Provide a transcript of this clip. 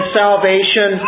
salvation